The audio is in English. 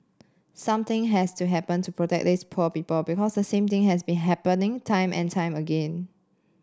something has to happen to protect these poor people because the same thing has been happening time and time again